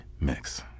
Mix